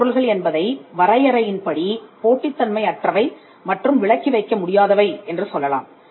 பொதுப் பொருள்கள் என்பதை வரையறையின் படி போட்டித் தன்மை அற்றவை மற்றும் விலக்கி வைக்க முடியாதவை என்று சொல்லலாம்